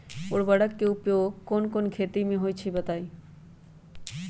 उर्वरक के उपयोग कौन कौन खेती मे होई छई बताई?